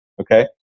okay